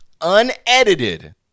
Unedited